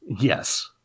yes